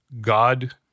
God